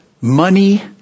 money